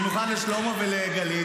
במיוחד לשלמה ולגלית,